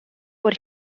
por